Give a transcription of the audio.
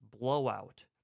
blowout